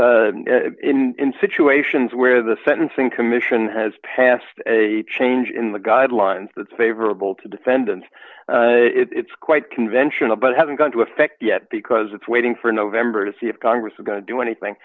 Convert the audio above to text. but in situations where the sentencing commission has passed a change in the guidelines that's favorable to defendants it's quite conventional but hasn't gone to effect yet because it's waiting for november to see if congress is going to do anything